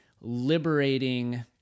liberating